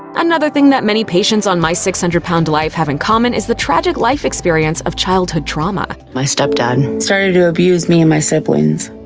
another thing that many patients on my six hundred lb life have in common is the tragic life experience of childhood trauma. my step-dad started to abuse me and my siblings.